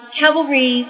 cavalry